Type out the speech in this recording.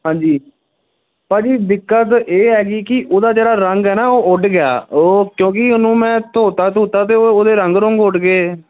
ਹਾਂਜੀ ਭਾਅ ਜੀ ਦਿੱਕਤ ਇਹ ਹੈਗੀ ਕਿ ਉਹਦਾ ਜਿਹੜਾ ਰੰਗ ਹੈ ਨਾ ਉਹ ਉੱਡ ਗਿਆ ਉਹ ਕਿਉਂਕਿ ਉਹਨੂੰ ਮੈਂ ਧੋਤਾ ਧੁਤਾ ਅਤੇ ਉਹਦੇ ਰੰਗ ਰੁੰਗ ਉੱਡ ਗਏ